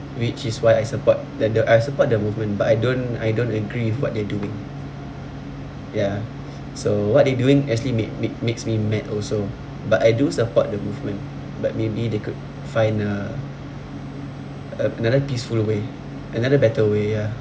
which is why I support the the I support their movement but I don't I don't agree with what they're doing ya so what they doing actually make make makes me mad also but I do support the movement but maybe they could find a another peaceful way another better way ya